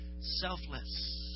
selfless